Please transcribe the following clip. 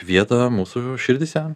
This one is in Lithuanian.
vietą mūsų širdyse